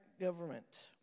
government